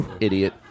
Idiot